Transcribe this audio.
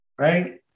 right